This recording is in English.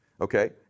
okay